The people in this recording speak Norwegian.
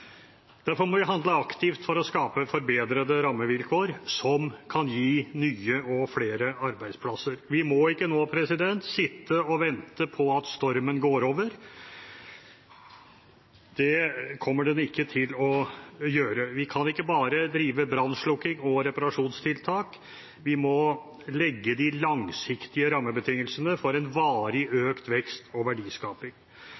Derfor må vi handle aktivt for å skape forbedrede rammevilkår som kan gi nye og flere arbeidsplasser. Vi må ikke nå sitte og vente på at stormen går over. Det kommer den ikke til å gjøre. Vi kan ikke bare drive brannslokking og reparasjonstiltak. Vi må legge de langsiktige rammebetingelsene for en varig økt vekst og verdiskaping.